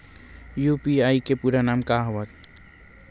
UPI के पूरा नाम का हे बतावव?